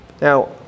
Now